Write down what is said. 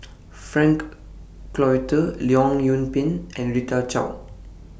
Frank Cloutier Leong Yoon Pin and Rita Chao